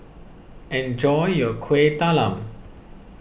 enjoy your Kuih Talam